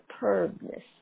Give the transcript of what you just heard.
superbness